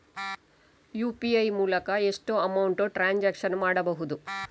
UPI ಮೂಲಕ ಎಷ್ಟು amount transaction ಮಾಡಬಹುದು?